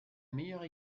meilleure